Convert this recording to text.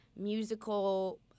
musical